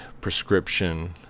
prescription